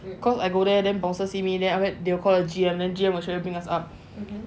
because I go there then bosses see me there then they'll call the G_M and G_M will bring us up